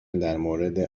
درمورد